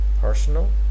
personal